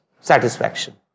satisfaction